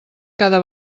cada